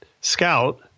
scout